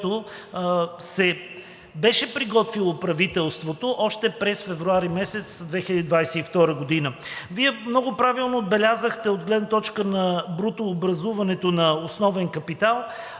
който се беше приготвило правителството още през февруари месец 2022 г. Вие много правилно отбелязахте от гледна точка на брутообразуването на основен капитал.